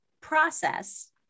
process